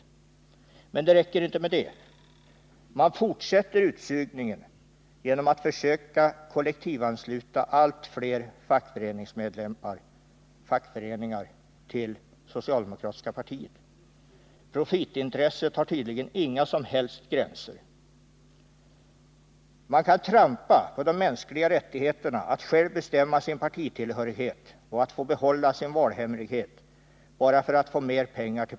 Men det räcker inte med detta; man fortsätter utsugningen genom att försöka kollektivansluta allt fler fackföreningar till socialdemokratiska partiet. Profitintresset har tydligen inga som helst gränser. Man kan bara för att få mer pengar till partiet trampa på de mänskliga rättigheterna att själv bestämma sin partitillhörighet och behålla valhemligheten.